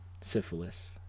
syphilis